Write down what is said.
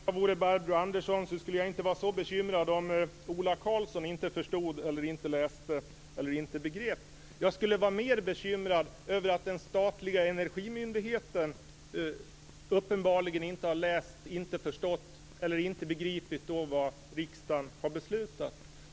Fru talman! Om jag vore Barbro Andersson Öhrn skulle jag inte vara så bekymrad om Ola Karlsson inte förstod, inte läste och inte begrep. Jag skulle i stället vara mer bekymrad över att statliga Energimyndigheten uppenbarligen inte har förstått och inte har läst och begripit vad riksdagen har beslutat.